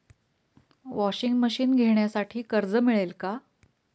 Washing machine घेण्यासाठी कर्ज मिळेल का?